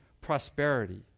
prosperity